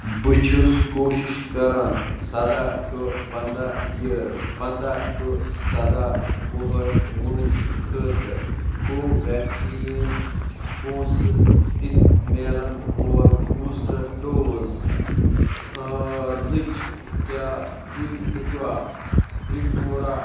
بہٕ چھُس کوٗشِش کران سداہ ٹُو پَنٛداہ یِیٲرٕس پَنٛداہ ٹُو سداہ وُہُر وٲنٛسہِ خٲطرٕ کوٚو ویٚکسیٖن پونٛسہٕ دِتھ میلَن وول بوٗسٹَر ڈوز ژھارنٕچ کیٛاہ تُہۍ ہیٚکوا تِرٛپوٗرہ